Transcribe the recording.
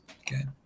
Okay